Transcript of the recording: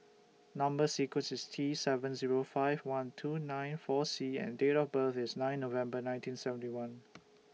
Number sequence IS T seven Zero five one two nine four C and Date of birth IS nine November nineteen seventy one